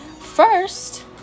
first